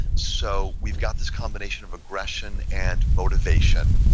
so, we've got this combination of aggression and motivation,